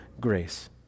grace